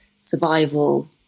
survival